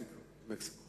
במקסיקו.